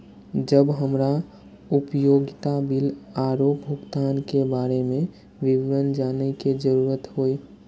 जब हमरा उपयोगिता बिल आरो भुगतान के बारे में विवरण जानय के जरुरत होय?